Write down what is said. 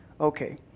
okay